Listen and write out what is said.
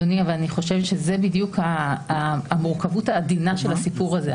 אני חושבת שזאת בדיוק המורכבות העדינה של הסיפור הזה.